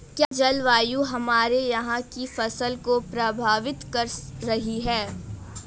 क्या जलवायु हमारे यहाँ की फसल को प्रभावित कर रही है?